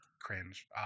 cringe